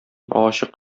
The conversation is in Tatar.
агачы